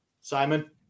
Simon